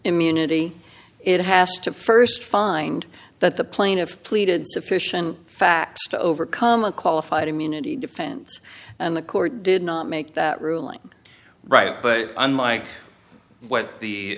immunity it has to first find that the plaintiff pleaded sufficient facts to overcome a qualified immunity defense and the court did not make that ruling right unlike what the